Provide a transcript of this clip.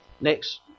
next